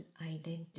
identity